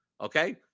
Okay